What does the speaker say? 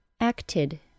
acted